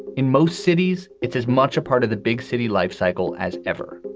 in most cities. it's as much a part of the big city life cycle as ever.